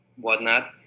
whatnot